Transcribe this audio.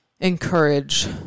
encourage